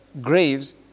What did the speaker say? graves